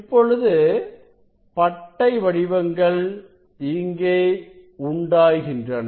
இப்பொழுது பட்டை வடிவங்கள் இங்கே உண்டாகிறது